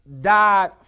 died